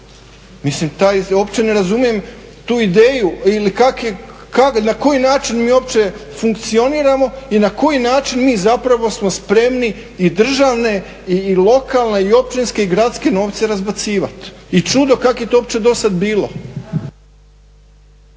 Mislim uopće ne razumijem tu ideju. Ili na koji način mi uopće funkcioniramo i na koji način mi zapravo smo spremni i državne i lokalne i općinske i gradske novce razbacivat i čudo kako je to uopće dosad bilo.